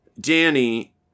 Danny